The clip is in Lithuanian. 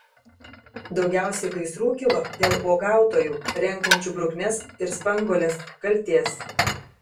daugiausiai gaisrų kilo dėl uogautojų renkančių bruknes ir spanguoles kaltės